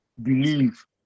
believe